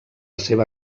seva